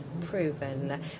proven